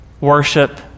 Worship